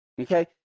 okay